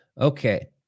Okay